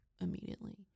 immediately-